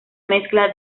mezcla